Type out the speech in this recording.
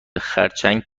خرچنگ